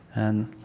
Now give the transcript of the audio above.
and